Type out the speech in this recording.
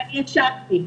הקשבתי.